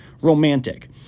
romantic